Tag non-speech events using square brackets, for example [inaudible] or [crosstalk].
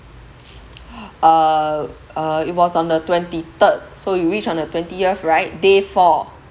[noise] uh uh it was on the twenty third so we reached on the twentieth right day four